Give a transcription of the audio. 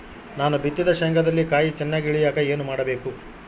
ನಾನು ಬಿತ್ತಿದ ಶೇಂಗಾದಲ್ಲಿ ಕಾಯಿ ಚನ್ನಾಗಿ ಇಳಿಯಕ ಏನು ಮಾಡಬೇಕು?